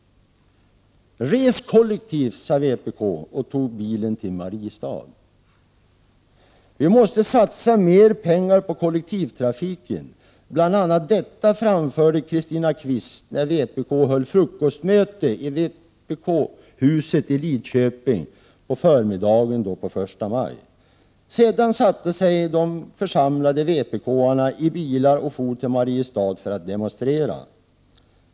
”Res kollektivt, sade vpk och tog bilen till Mariestad. Vi måste satsa mer pengar på kollektivtrafiken. Bla detta framförde Christina Kvist, när vpk höll frukostmöte i Vpk-huset i Lidköping på förmiddagen igår. Sedan satte sig de församlade vpk-arna i bilar och for till Mariestad för att demonstrera.